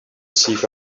seek